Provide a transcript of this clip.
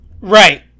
Right